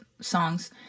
songs